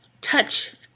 touch